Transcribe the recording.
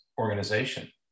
organization